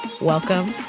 Welcome